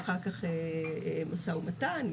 יש אחר כך משא ומתן,